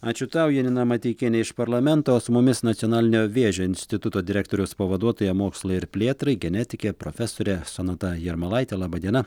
ačiū tau janina mateikienė iš parlamento su mumis nacionalinio vėžio instituto direktoriaus pavaduotoja mokslui ir plėtrai genetikė profesorė sonata jarmalaitė laba diena